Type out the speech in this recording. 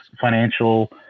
financial